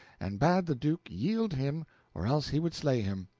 and bad the duke yield him or else he would slay him.